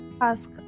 ask